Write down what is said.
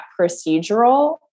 procedural